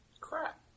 Crap